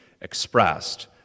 expressed